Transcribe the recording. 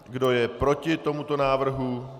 Kdo je proti tomuto návrhu?